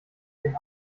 den